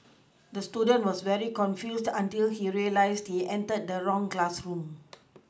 the student was very confused until he realised he entered the wrong classroom